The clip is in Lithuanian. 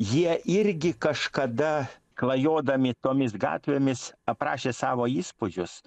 jie irgi kažkada klajodami tomis gatvėmis aprašė savo įspūdžius